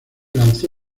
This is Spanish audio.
lanzó